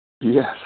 Yes